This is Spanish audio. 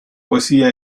poesía